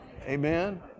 Amen